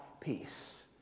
peace